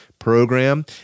program